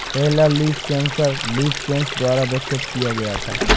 पहला leaf sensor LeafSense द्वारा विकसित किया गया था